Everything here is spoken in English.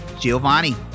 Giovanni